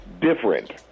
different